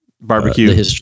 Barbecue